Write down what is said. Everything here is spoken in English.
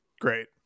Great